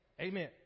Amen